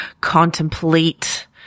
contemplate